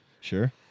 Sure